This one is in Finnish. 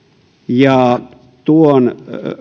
ja tuon